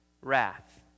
wrath